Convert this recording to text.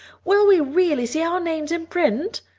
will we really see our names in print?